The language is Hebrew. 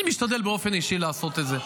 אני משתדל באופן אישי לעשות את זה.